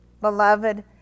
beloved